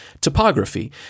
Topography